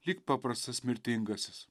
lyg paprastas mirtingasis